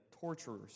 torturers